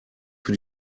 für